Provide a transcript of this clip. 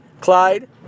Clyde